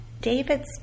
David's